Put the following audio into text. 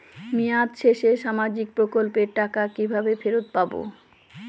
মেয়াদ শেষে সামাজিক প্রকল্পের টাকা কিভাবে ফেরত পাবো?